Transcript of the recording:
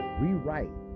rewrite